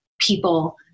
people